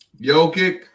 Jokic